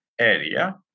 area